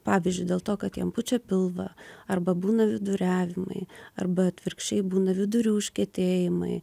pavyzdžiui dėl to kad jam pučia pilvą arba būna viduriavimai arba atvirkščiai būna vidurių užkietėjimai